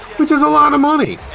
which is a lot of money!